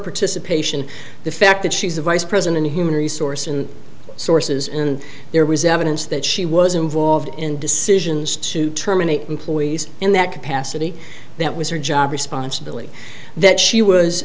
participation the fact that she's the vice president and human resource and sources in there was evidence that she was involved in decisions to terminate employees in that capacity that was her job responsibility that she was